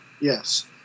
Yes